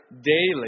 daily